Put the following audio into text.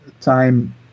time